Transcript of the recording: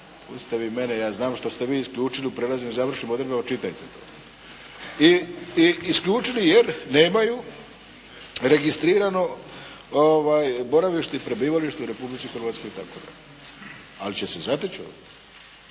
vi mene, ja znam što ste vi isključili, u prijelaznim završnim odredbama čitajte to. I isključili jer nemaju registrirano boravište i prebivalište u Republici Hrvatskoj itd. Ali će se zateći ovdje.